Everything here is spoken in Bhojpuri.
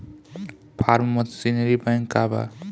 फार्म मशीनरी बैंक का बा?